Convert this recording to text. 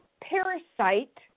parasite